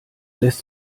lässt